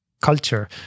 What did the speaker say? culture